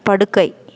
படுக்கை